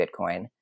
Bitcoin